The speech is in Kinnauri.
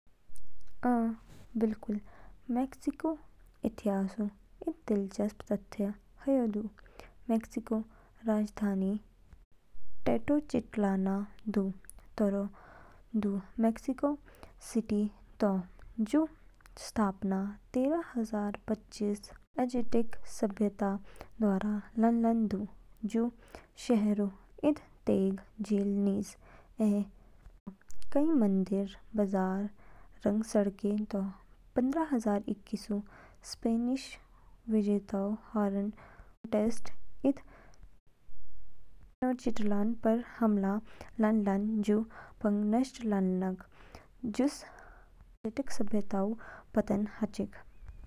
अ, बिल्कुल। मेक्सिकोऊ इतिहासऊ इद दिलचस्प तथ्य ह्यू दू। मेक्सिकोऊ राजधानी टेनोच्टिटलान दू, तोरो दू मेक्सिको सिटी तो, दो स्थापना तेरह हजार पच्चीसऊ एज़्टेक सभ्यता द्वारा लानलान दू। जू शहरो इद तेग झील निज ऐ जवा कई मंदिर, बाजार रंग सड़कें तो। पन्द्रह हजार इक्कीसऊ स्पेनिश विजेता हर्नान कोर्टेस इस टेनोच्टिटलान पर हमला लानलान जू पंग नष्ट लानोग, हजूस एज़्टेक सभ्यताऊ पतन हाचिग।